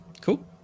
Cool